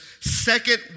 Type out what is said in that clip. second